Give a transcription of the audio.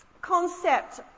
concept